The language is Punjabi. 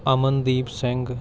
ਅਮਨਦੀਪ ਸਿੰਘ